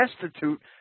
destitute